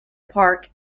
park